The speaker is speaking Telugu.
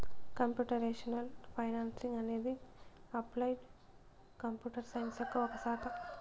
కంప్యూటేషనల్ ఫైనాన్స్ అనేది అప్లైడ్ కంప్యూటర్ సైన్స్ యొక్క ఒక శాఖ